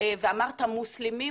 ואמרת מוסלמים?